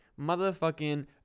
motherfucking